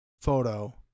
photo